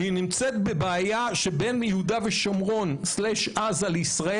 והיא נמצאת בבעיה שבין יהודה ושומרון/עזה לישראל,